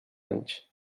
anys